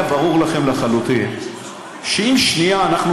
הרי ברור לכם לחלוטין שאם לשנייה אנחנו